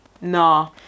Nah